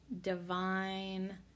divine